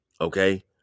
Okay